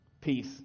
peace